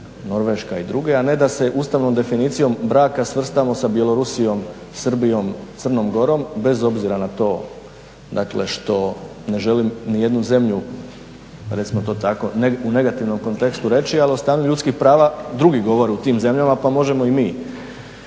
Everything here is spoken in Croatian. Norveška i druge, a ne da se ustavnom definicijom braka svrstamo sa Bjelorusijom, Srbijom, Crnom Gorom bez obzira na to, dakle što ne želim ni jednu zemlju recimo to tako u negativnom kontekstu reći ali o stanju ljudskih prava drugi govore u tim zemljama, pa možemo i mi